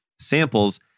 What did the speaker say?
samples